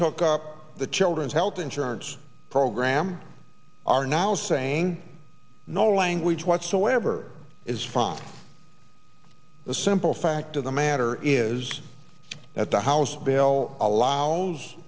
took up the children's health insurance program are now saying no language whatsoever is from the simple fact of the matter is that the house bill allows